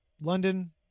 London